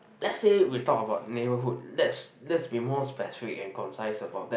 let's say we talk about neighborhood let's let's be more specific and concise about that